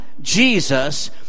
Jesus